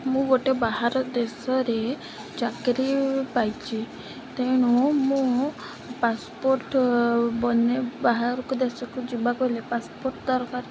ମୁଁ ଗୋଟେ ବାହାର ଦେଶରେ ଚାକିରି ପାଇଛି ତେଣୁ ମୁଁ ପାସ୍ପୋର୍ଟ୍ ବାହାରକୁ ଦେଶକୁ ଯିବାକୁ ହେଲେ ପାସ୍ପୋର୍ଟ୍ ଦରକାର